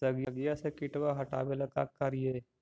सगिया से किटवा हाटाबेला का कारिये?